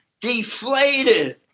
deflated